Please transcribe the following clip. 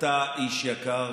אתה איש יקר,